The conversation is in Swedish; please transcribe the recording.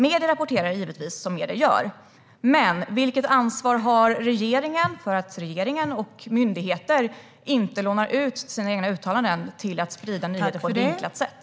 Medierna rapporterar givetvis som de vill. Men vilket ansvar har regeringen för att regeringen och myndigheter inte lånar sina uttalanden till spridning av nyheter på ett vinklat sätt?